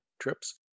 trips